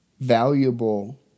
valuable